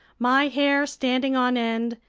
my hair standing on end,